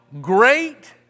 great